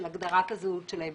של הגדרת הזהות שלהם,